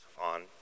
on